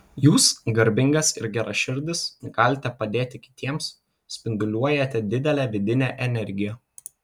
jūs garbingas ir geraširdis galite padėti kitiems spinduliuojate didelę vidinę energiją